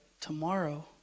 tomorrow